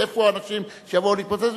ואיפה האנשים שיבואו להתפוצץ.